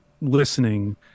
listening